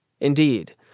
Indeed